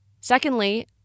Secondly